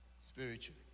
Spiritually